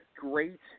great